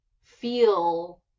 feel